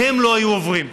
שהם לא היו עוברים.